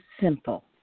simple